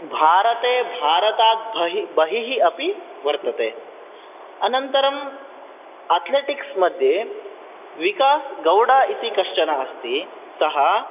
भारते भारतात् बहि बहिः अपि वर्तते अनन्तरम् अथलेटिक्स् मध्ये विकास् गौडा इति कश्चन अस्ति सः